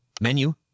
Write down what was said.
Menu